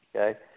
okay